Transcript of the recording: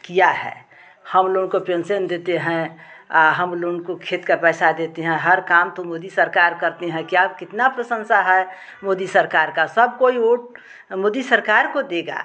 किया है हम लोगों को पेन्सन देते हैं हम लोन को खेत का पैसा देते हैं हर काम तो मोदी सरकार करती है क्या कितनी प्रशंसा है मोदी सरकार की सब कोई वोट मोदी सरकार को देगा